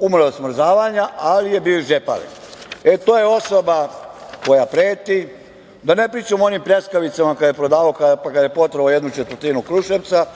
je od smrzavanja, ali je bio izdžeparen.E, to je osoba koja preti. Da ne pričam o onim pljeskavicama kada je prodavao, pa je potrovao jednu četvrtinu Kruševca.